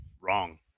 wrong